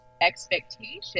expectation